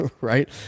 right